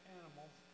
animals